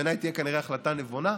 שבעיניי תהיה כנראה החלטה נבונה,